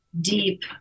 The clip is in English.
deep